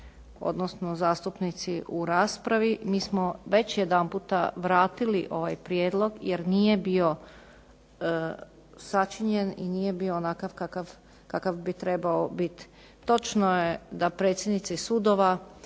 odnosno zastupnici u raspravi, mi smo već jedanputa vratili ovaj prijedlog jer nije bio sačinjen i nije bio onakav kakav bi trebao biti. Točno je da predsjednici sudova